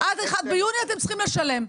עד 1 ביוני אתם צריכים לשלם.